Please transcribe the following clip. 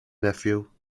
nephew